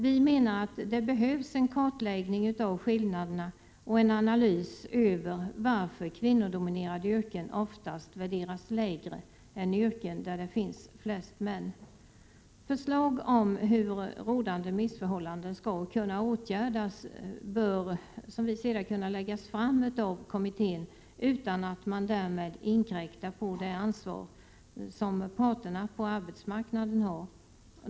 Vi menar att det behövs en kartläggning av skillnaderna och en analys av varför kvinnodominerade yrken oftast värderas lägre än yrken där det finns flest män. Förslag om hur rådande missförhållanden skall åtgärdas bör läggas fram av kommittén, utan att man därmed inkräktar på det ansvar som parterna på arbetsmarknaden har.